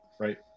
Right